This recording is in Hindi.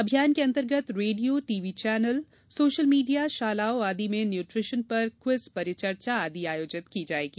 अभियान के अंतर्गत radio TV channel social media शालाओं आदि में न्यूट्रीशन पर क्विज परिचर्चा आदि आयोजित की जायेगी